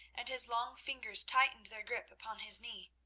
and his long fingers tightened their grip upon his knee.